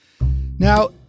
Now